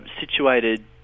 situated